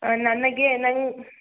ನನಗೆ ನಂಗೆ